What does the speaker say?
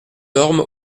ormes